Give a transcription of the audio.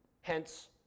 hence